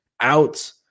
out